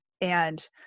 And-